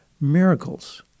miracles